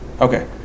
Okay